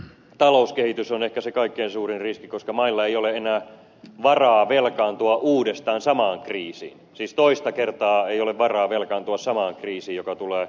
w talouskehitys on ehkä se kaikkein suurin riski koska mailla ei ole enää varaa velkaantua uudestaan samaan kriisiin siis toista kertaa ei ole varaa velkaantua samaan kriisiin